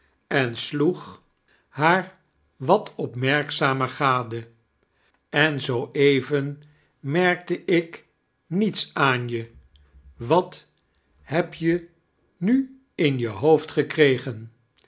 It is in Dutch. en sloeg haar wat opmerkzamer gade en zoo even merkte ik niets aan je wat heb je nu in je hoofd gekregen